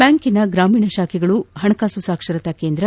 ಬ್ಲಾಂಕ್ನ ಗ್ರಾಮೀಣ ಶಾಖೆಗಳು ಹಣಕಾಸು ಸಾಕ್ಷರತಾ ಕೇಂದ್ರ